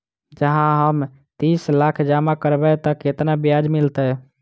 जँ हम तीस लाख जमा करबै तऽ केतना ब्याज मिलतै?